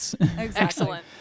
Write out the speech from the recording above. excellent